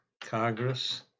Congress